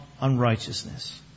unrighteousness